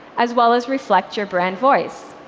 as well as reflect your brand voice.